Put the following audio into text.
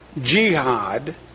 jihad